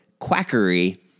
Quackery